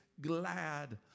glad